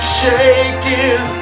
shaking